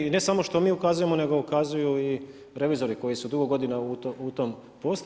I ne samo što mi u kazujemo, nego ukazuju i revizori, koji su dugo godina u tom poslu.